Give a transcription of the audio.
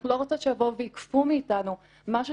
אנחנו לא רוצות שיבואו ויכפו מאיתנו משהו